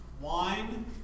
wine